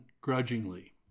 grudgingly